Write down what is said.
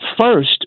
First